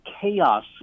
chaos